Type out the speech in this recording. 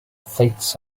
seats